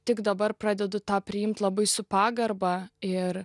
tik dabar pradedu tą priimti labai su pagarba ir